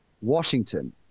Washington